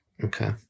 Okay